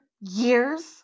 years